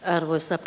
arvoisat